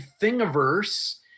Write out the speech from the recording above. Thingiverse